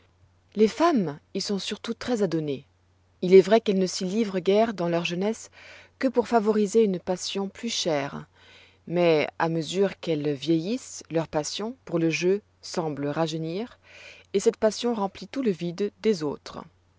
les femmes y sont surtout très adonnées il est vrai qu'elles ne s'y livrent guère dans leur jeunesse que pour favoriser une passion plus chère mais à mesure qu'elles vieillissent leur passion pour le jeu semble rajeunir et cette passion remplit tout le vide des autres